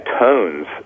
tones